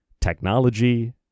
technology